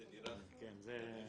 אתה יודע,